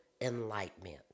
enlightenment